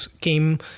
came